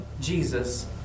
Jesus